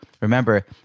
Remember